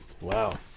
Wow